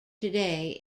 today